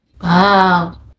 Wow